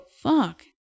fuck